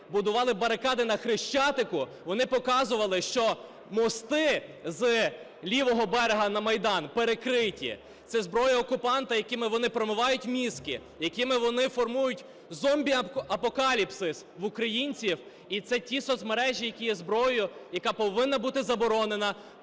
будували барикади на Хрещатику, вони показували, що мости з лівого берега на Майдан перекриті. Це зброя окупанта, якою вони промивають мізки, якою вони формують зомбі-апокаліпсис в українців, і це ті соцмережі, які є зброєю, яка повинна бути заборонена,